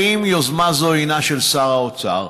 1. האם יוזמה זו הינה של שר האוצר?